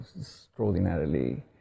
extraordinarily